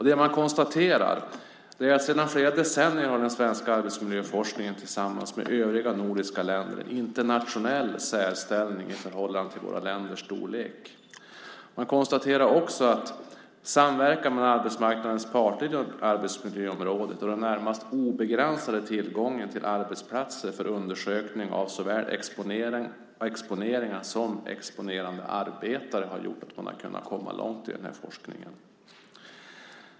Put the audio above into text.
Det man konstaterar är att sedan flera decennier har den svenska arbetsmiljöforskningen tillsammans med den i övriga nordiska länder en internationell särställning i förhållande till våra länders storlek. Man konstaterar också att samverkan mellan arbetsmarknadens parter på arbetsmiljöområdet och den närmast obegränsade tillgången till arbetsplatser för undersökning av såväl exponeringar som exponerade arbetare har gjort att man har kunnat komma långt i den här forskningen.